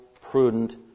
prudent